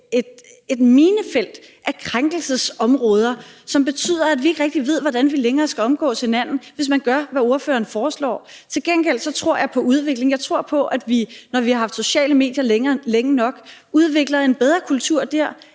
et minefelt af krænkelsesområder, som betyder, at vi ikke rigtig ved, hvordan vi længere skal omgås hinanden, hvis man gør, hvad ordføreren foreslår? Til gengæld tror jeg på udvikling. Jeg tror på, at vi, når vi har haft sociale medier længe nok, udvikler en bedre kultur der,